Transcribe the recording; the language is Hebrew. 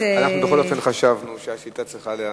בכל אופן חשבנו שהשאילתא צריכה להיענות.